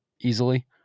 easily